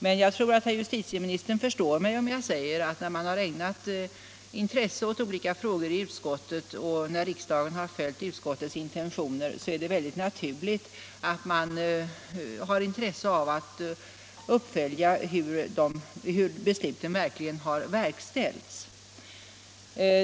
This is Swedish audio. Men jag tror att herr justitieministern förstår mig om jag säger, att när man har ägnat intresse åt olika frågor i utskottet och när riksdagen har följt utskottets intentioner, så är det naturligt att man har intresse av att följa upp hur besluten har verkställts.